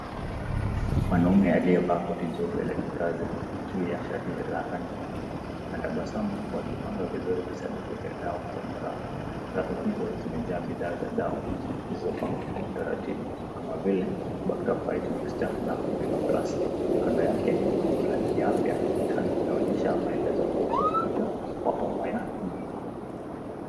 Mwanaume aliyevaa koti jeupe la kikazi juu ya shati la rangi nyingi anatabasamu huku akipanga vizuri visanduku vya dawa kwenye rafu. Rafu hizo zimejaa bidhaa za dawa zilizopangwa kwa utaratibu kama vile Bactafyte mixture na Menoplus . Kando yake bango la kiafya ukutani linaonyesha maelezo kuhusu ugonjwa wa homa ya mwili.